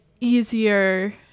easier